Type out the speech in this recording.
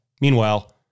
Meanwhile